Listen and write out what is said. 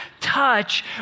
touch